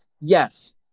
yes